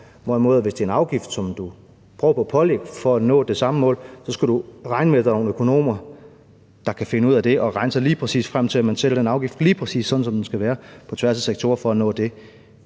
hvorimod du, hvis det er en afgift, som du prøver at pålægge for at nå det samme mål, skal regne med, at der er nogle økonomer, der kan finde ud af det og regne sig lige præcis frem til at sætte den afgift lige præcis, som den skal være, på tværs af sektorer, for at nå det.